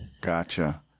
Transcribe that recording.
Gotcha